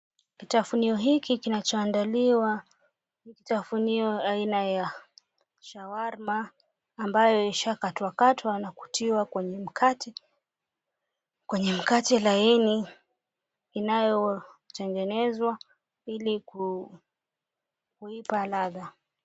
Kitafunio hiki kinachoandaliwa ni kitafunio aina ya shawarma ambayo ishakatwakatwa na kutiwa kwenye mkate.